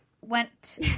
went